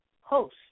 host